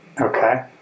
Okay